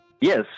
Yes